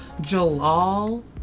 Jalal